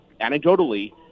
anecdotally